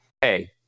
Hey